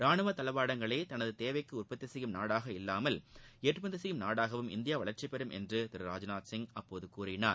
ரானுவ தளவாடங்களை தனது தேவைக்கு உற்பத்தி செய்யும் நாடாக இல்லாமல் ஏற்றுமதி செய்யும் நாடாகவும் இந்தியா வளர்ச்சி பெறும் என்று திரு ராஜ்நாத் சிங் கூறினார்